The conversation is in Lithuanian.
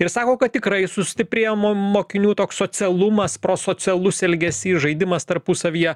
ir sako kad tikrai sustiprėjo mo mokinių toks socialumas prosocialus elgesys žaidimas tarpusavyje